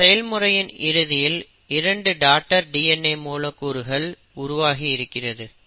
இந்த செயல்முறையின் இறுதியில் 2 டாடர் DNA மூலக்கூறுகள் உருவாகி இருக்கிறது